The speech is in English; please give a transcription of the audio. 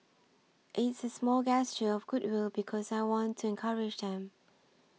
it's a small gesture of goodwill because I want to encourage them